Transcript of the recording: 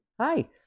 Hi